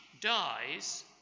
dies